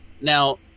Now